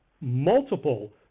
multiple